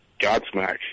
Godsmack